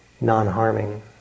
non-harming